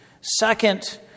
Second